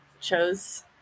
chose